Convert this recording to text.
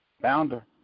founder